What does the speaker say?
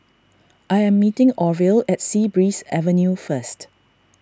I am meeting Orvil at Sea Breeze Avenue first